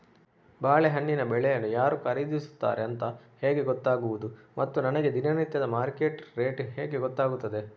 ಬಾಳೆಹಣ್ಣಿನ ಬೆಳೆಯನ್ನು ಯಾರು ಖರೀದಿಸುತ್ತಾರೆ ಅಂತ ಹೇಗೆ ಗೊತ್ತಾಗುವುದು ಮತ್ತು ನನಗೆ ದಿನನಿತ್ಯದ ಮಾರ್ಕೆಟ್ ರೇಟ್ ಹೇಗೆ ಗೊತ್ತಾಗುತ್ತದೆ?